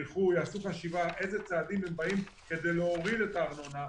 ילכו ויעשו חשיבה עם איזה צעדים הם באים כדי להוריד את הארנונה,